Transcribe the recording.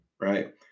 right